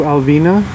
Alvina